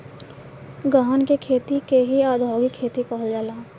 गहन के खेती के ही औधोगिक खेती कहल जाला